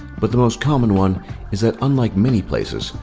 but the most common one is that unlike many places,